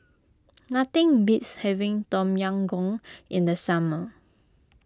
nothing beats having Tom Yam Goong in the summer